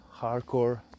hardcore